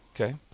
Okay